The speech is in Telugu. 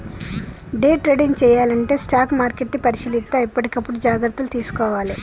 డే ట్రేడింగ్ చెయ్యాలంటే స్టాక్ మార్కెట్ని పరిశీలిత్తా ఎప్పటికప్పుడు జాగర్తలు తీసుకోవాలే